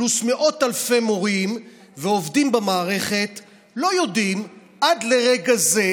פלוס מאות אלפי מורים ועובדים במערכת לא יודעים עד לרגע זה,